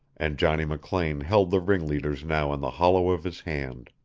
and johnny mclean held the ringleaders now in the hollow of his hand.